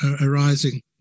arising